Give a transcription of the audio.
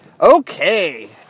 Okay